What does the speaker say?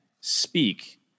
speak